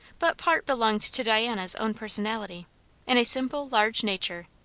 but part belonged to diana's own personalty in a simple, large nature,